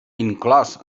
inclòs